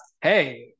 hey